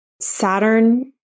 Saturn